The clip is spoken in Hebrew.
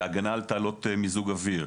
להגנת על תעלות מיזוג אוויר,